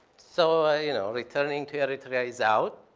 so, you know, returning to eritrea is out.